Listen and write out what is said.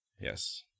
yes